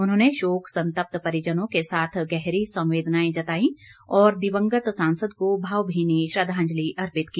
उन्होंने शोक संतप्त परिजनों के साथ गहरी संवेदनाएं जताई और दिवंगत सांसद को भावभीनी श्रद्वांजलि अर्पित की